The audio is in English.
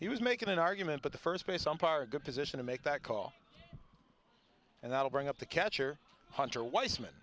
he was making an argument but the first base umpire good position to make that call and i'll bring up the catcher hunter w